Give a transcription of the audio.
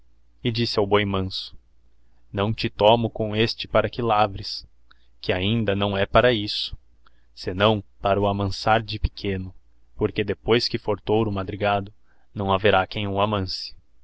k disse ao boi manso não le tomo com este para que lavres que ainda não he para isso senão para o amansarde pequeno porque depois que for touro madrigado não haverá quem o